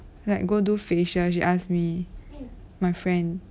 like go do facial she ask me my friend